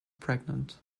pregnant